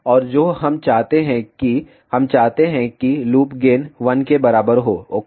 और जो हम चाहते हैं कि हम चाहते हैं कि लूप गेन 1 के बराबर हो ओके